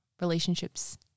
relationships